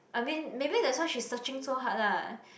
I mean maybe that's why she searching so hard lah